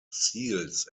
seals